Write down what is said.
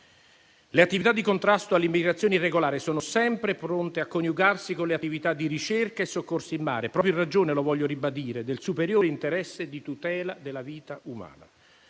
Le attività di contrasto all'immigrazione irregolare sono sempre pronte a coniugarsi con le attività di ricerca e soccorso in mare, proprio in ragione, lo voglio ribadire, del superiore interesse di tutela della vita umana.